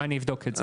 אני אבדוק את זה.